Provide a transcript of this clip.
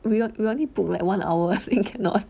we on~ we only book like one hour cannot